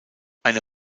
eine